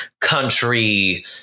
country